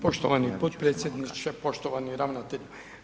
Poštovani potpredsjedniče, poštovani ravnatelju.